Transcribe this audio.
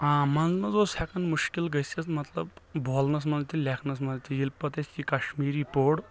أں منٛزٕ منٛزٕ اوس ہیٚکان مُشکِل گٔژھِتھ مطلب بولنس منٛز تہِ لیٚکھنس منٛز تہِ ییٚلہِ پتہٕ اَسہِ یہِ کشمیٖری پوٚر